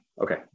Okay